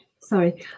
Sorry